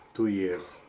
two years.